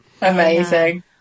Amazing